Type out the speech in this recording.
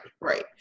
right